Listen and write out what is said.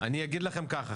אני אגיד לכם ככה,